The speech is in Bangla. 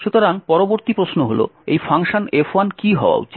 সুতরাং পরবর্তী প্রশ্ন হল এই ফাংশন F1 কী হওয়া উচিত